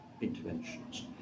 interventions